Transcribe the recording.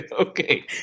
okay